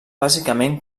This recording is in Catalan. bàsicament